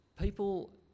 people